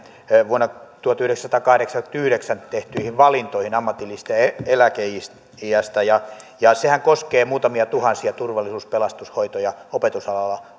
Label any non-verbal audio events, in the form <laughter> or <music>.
vuonna tuhatyhdeksänsataakahdeksankymmentäyhdeksän tehtyihin valintoihin ammatillisesta eläkeiästä ja ja sehän koskee muutamia tuhansia turvallisuus pelastus hoito ja opetusalalla <unintelligible>